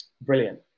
brilliant